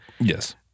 Yes